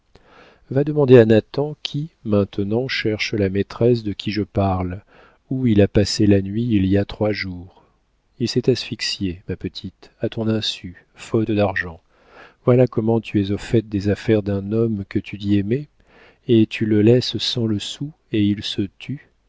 va demander à nathan qui maintenant cherche la maîtresse de qui je parle où il a passé la nuit il y a trois jours il s'est asphyxié ma petite à ton insu faute d'argent voilà comment tu es au fait des affaires d'un homme que tu dis aimer et tu le laisses sans le sou et il se tue